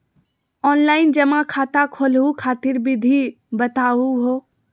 Online जमा खाता खोलहु खातिर विधि बताहु हो?